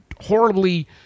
horribly